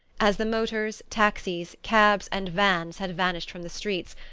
as the motors, taxis, cabs and vans had vanished from the streets,